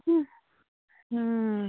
ହୁ